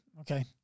okay